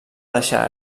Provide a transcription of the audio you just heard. deixar